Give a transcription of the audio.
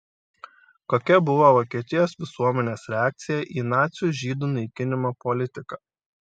kokia buvo vokietijos visuomenės reakcija į nacių žydų naikinimo politiką